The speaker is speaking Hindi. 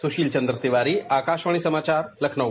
सुशील चन्द्र तिवारी आकाशवाणी समाचार लखनऊ